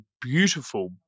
beautiful